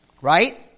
right